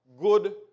good